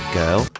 girl